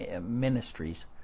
ministries